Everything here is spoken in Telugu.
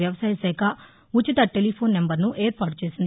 వ్యవసాయ శాఖ ఉచిత టెలిఫోన్ నెంబర్ను ఏర్పాటు చేసింది